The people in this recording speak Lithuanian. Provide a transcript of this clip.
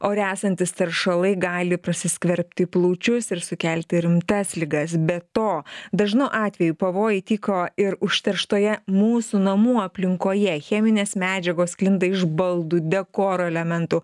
ore esantys teršalai gali prasiskverbti į plaučius ir sukelti rimtas ligas be to dažnu atveju pavojai tyko ir užterštoje mūsų namų aplinkoje cheminės medžiagos sklinda iš baldų dekoro elementų